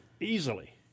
easily